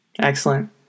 Excellent